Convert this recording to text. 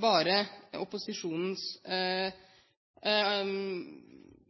bare opposisjonens forsøk på å sette fokus på regjeringspartiene istedenfor? Vi